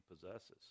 possesses